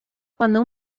cuando